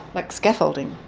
like scaffolding.